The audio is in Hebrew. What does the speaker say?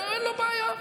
אין לו בעיה.